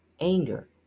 anger